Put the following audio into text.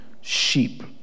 sheep